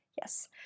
Yes